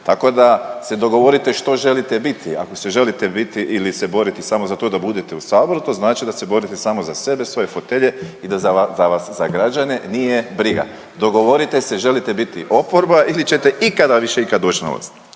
Tako da se dogovorite što želite biti. Ako se želite biti ili se boriti samo za to da budete u saboru, to znači da se borite samo za sebe, svoje fotelje i da za vas, za vas za građane nije briga. Dogovorite se želite biti oporba ili ćete ikada više ikad doć na vlast.